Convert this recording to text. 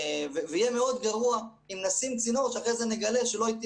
יהיה מאוד גרוע אם נשים צינור שאחרי זה נגלה שלא התאים